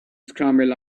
scramble